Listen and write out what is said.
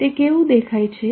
તે કેવું દેખાય છે